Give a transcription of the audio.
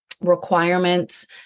requirements